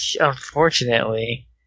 Unfortunately